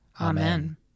Amen